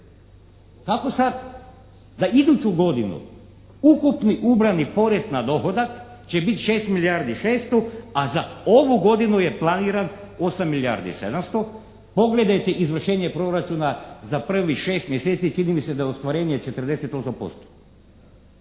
Kako sad da iduću godinu ukupni ubrani porez na dohodak će biti 6 milijardi 600 a za ovu godinu je planiran 8 milijardi 700. Pogledajte izvršenje proračuna za prvih šest mjesece. Čini mi se da je ostvarenje 48%.